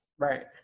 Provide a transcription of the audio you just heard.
Right